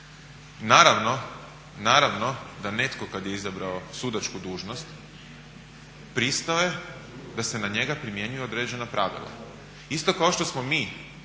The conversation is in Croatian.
Naravno, naravno da netko kada je izabrao sudačku dužnost pristao je da se na njega primjenjuju određena pravila. Isto kao što smo mi